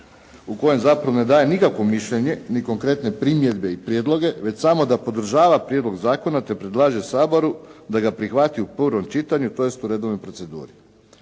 u kojem zapravo ne daje nikakvo mišljenje ni konkretne primjedbe i prijedloge, već samo da podržava prijedlog zakona, te predlaže Saboru da ga prihvati u prvom čitanju tj. po redovnoj proceduri.